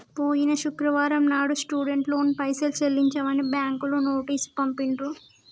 పోయిన శుక్రవారం నాడు స్టూడెంట్ లోన్ పైసలు చెల్లించమని బ్యాంకులు నోటీసు పంపిండ్రు